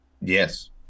Yes